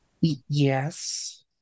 Yes